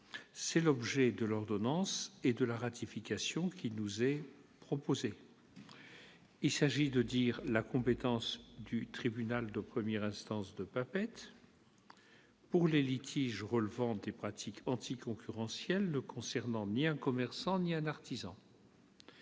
C'est l'objet de l'ordonnance qu'il nous est proposé de ratifier. Il s'agit de dire la compétence du tribunal de première instance de Papeete pour les litiges relevant des pratiques anticoncurrentielles ne concernant ni un commerçant ni un artisan